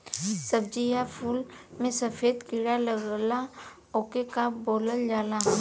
सब्ज़ी या फुल में सफेद कीड़ा लगेला ओके का बोलल जाला?